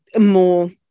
more